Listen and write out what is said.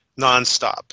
nonstop